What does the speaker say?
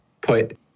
put